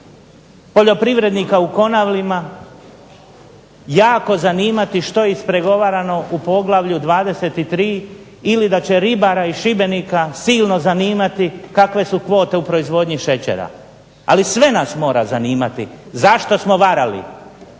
poljoprivrednika u Konavlima jako zanimati što je ispregovarano u Poglavlju 23. ili da će ribara iz Šibenika silno zanimati kakve su kvote u proizvodnji šećera. Ali sve nas mora zanimati zašto smo varali